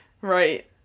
Right